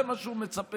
זה מה שהוא מצפה?